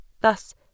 Thus